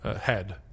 head